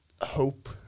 hope